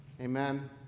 amen